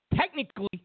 Technically